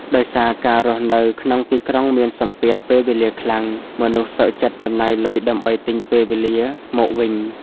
ដោយសារការរស់នៅក្នុងទីក្រុងមានសម្ពាធពេលវេលាខ្លាំង មនុស្សសុខចិត្តចំណាយលុយដើម្បី "ទិញពេលវេលា" មកវិញ។